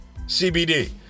CBD